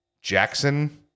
Jackson